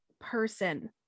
person